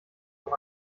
doch